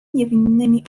niewinnymi